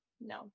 no